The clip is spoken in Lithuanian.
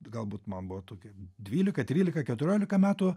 galbūt man buvo tokia dvylika trylika keturiolika metų